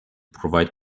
provide